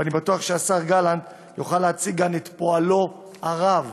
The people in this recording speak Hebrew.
ואני בטוח שהשר גלנט יוכל להציג כאן את פועלו הרב,